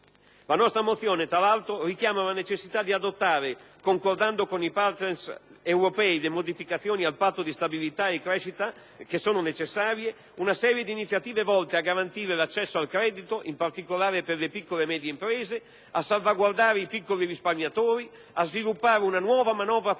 La nostra mozione, tra l'altro, richiama la necessità di adottare, concordando con i partner europei le modificazioni al Patto di stabilità e crescita che sono necessarie, una serie di iniziative volte a garantire l'accesso al credito (in particolare per le piccole e medie imprese), a salvaguardare i piccoli risparmiatori, a sviluppare una nuova manovra finanziaria